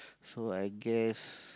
so I guess